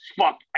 fuck